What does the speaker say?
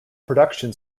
production